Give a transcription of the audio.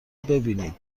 ببینید